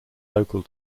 local